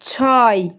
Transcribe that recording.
ছয়